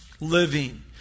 Living